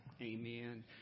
Amen